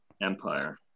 empire